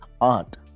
art